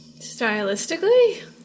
Stylistically